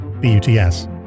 B-U-T-S